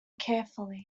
carefully